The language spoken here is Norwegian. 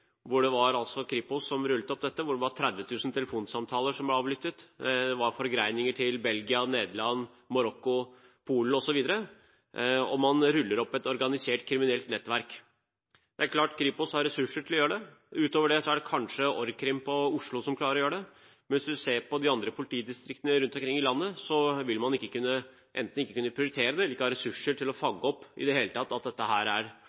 Det var Kripos som rullet opp dette. 30 000 telefonsamtaler ble avlyttet, det var forgreininger til Belgia, Nederland, Marokko, Polen osv., og man rullet opp et organisert kriminelt nettverk. Det er klart at Kripos har ressurser til å gjøre det. Utover det er det kanskje org.krim i Oslo som klarer å gjøre det. Men hvis en ser på de andre politidistriktene rundt omkring i landet, vil man enten ikke kunne prioritere det eller ikke ha ressurser i det hele tatt til å fange opp at dette er